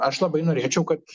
aš labai norėčiau kad